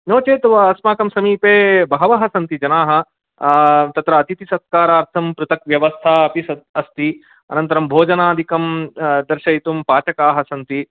नोचेत् अस्माकम् समीपे बहवः सन्ति जनाः आ अत्र अतिथिसत्कारार्थं पृथक् व्यवस्था अपि अस्ति अनन्तरं भोजनादिकं दर्शयितुं पाचकाः सन्ति